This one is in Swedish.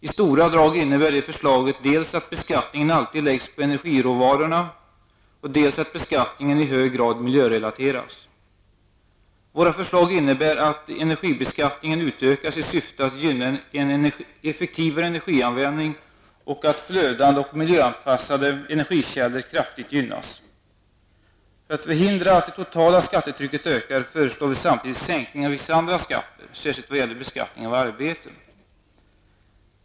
I stora drag innebär förslaget dels att beskattningen alltid läggs på energiråvaran, dels att beskattningen i hög grad miljörelateras. Våra förslag innebär att energibeskattningen utökas i syfte att gynna en effektivare energianvändning och att flödande och miljöanpassade energikällor kraftigt gynnas. För att förhindra att det totala skattetrycket ökar föreslår vi samtidigt sänkningar av vissa andra skatter, särskilt beskattningen av arbete.